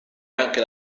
anche